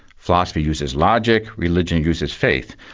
philosophy uses logic, religion uses faith.